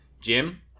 Jim